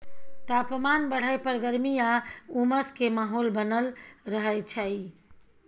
तापमान बढ़य पर गर्मी आ उमस के माहौल बनल रहय छइ